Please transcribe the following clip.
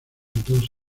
dos